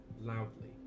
loudly